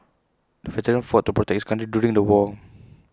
the veteran fought to protect his country during the war